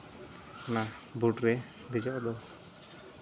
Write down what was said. ᱚᱱᱟ ᱵᱳᱰ ᱨᱮ ᱫᱮᱡᱚᱜ ᱫᱚ